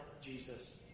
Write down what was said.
Jesus